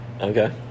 Okay